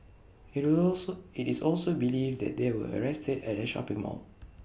IT also IT is also believed that they were arrested at A shopping mall